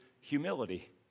humility